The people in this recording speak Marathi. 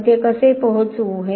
आपण तिथे कसे पोहोचू